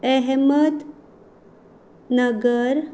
Ahmed Nagar